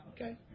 Okay